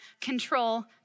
control